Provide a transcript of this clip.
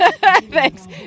thanks